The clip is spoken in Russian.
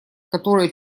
которая